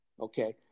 Okay